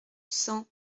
cent